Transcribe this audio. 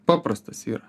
paprastas yra